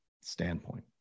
standpoint